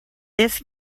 this